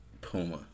Puma